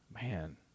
Man